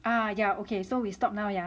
uh ya okay so we stop now yeah